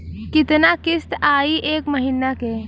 कितना किस्त आई एक महीना के?